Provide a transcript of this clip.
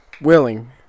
Willing